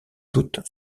doute